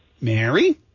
Mary